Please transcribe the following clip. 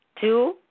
Two